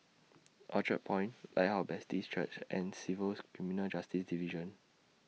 Orchard Point Lighthouse Baptist Church and Civil's Criminal Justice Division